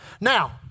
Now